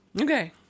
Okay